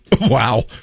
Wow